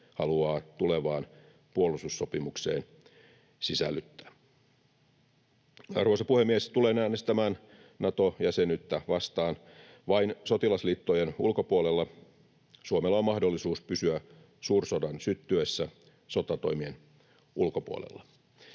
haluaa tulevaan puolustussopimukseen sisällyttää. Arvoisa puhemies! Tulen äänestämään Nato-jäsenyyttä vastaan. Vain sotilasliittojen ulkopuolella Suomella on mahdollisuus pysyä suursodan syttyessä sotatoimien ulkopuolella.